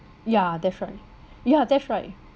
ya that's right ya that's right